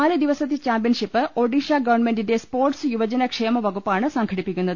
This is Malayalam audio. നാലു ദിവസത്തെ ചാമ്പ്യൻഷിപ്പ് ഒഡീഷ ഗവൺമെന്റിന്റെ സ്പോർട്സ് യുവജന ക്ഷേമ ്വകുപ്പാണ് സംഘടിപ്പിക്കുന്നത്